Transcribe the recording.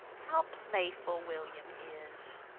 how playful william is!